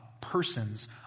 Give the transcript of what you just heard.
persons